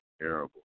terrible